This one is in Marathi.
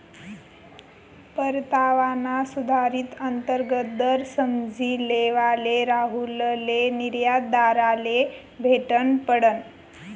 परतावाना सुधारित अंतर्गत दर समझी लेवाले राहुलले निर्यातदारले भेटनं पडनं